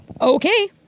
Okay